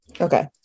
Okay